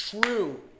true